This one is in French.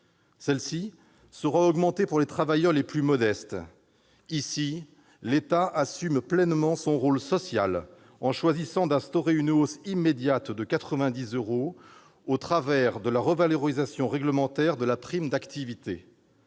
prime sera augmentée pour les travailleurs les plus modestes. À ce titre, l'État assume pleinement son rôle social, en choisissant d'instaurer une hausse immédiate de 90 euros au travers de la revalorisation réglementaire de la prime d'activité.